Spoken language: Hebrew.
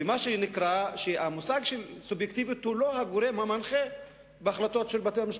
והמושג של סובייקטיביות הוא לא הגורם המנחה בהחלטות של בתי-המשפט,